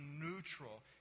neutral